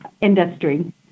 industry